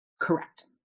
Correct